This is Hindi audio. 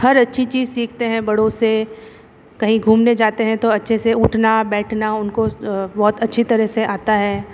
हर अच्छी चीज सीखते हैं बड़ों से कहीं घूमने जाते हैं तो अच्छे से उठना बैठना उनको बहुत अच्छी तरह से आता है